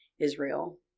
Israel